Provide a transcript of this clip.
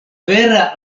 vera